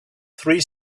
three